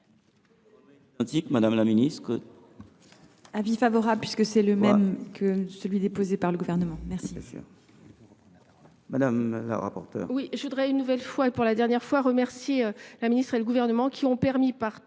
Mme la ministre.